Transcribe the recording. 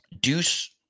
Deuce